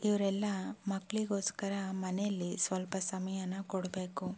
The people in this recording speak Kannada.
ಇವರೆಲ್ಲ ಮಕ್ಕಳಿಗೋಸ್ಕರ ಮನೇಲಿ ಸ್ವಲ್ಪ ಸಮಯಾನ ಕೊಡಬೇಕು